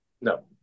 No